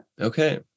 Okay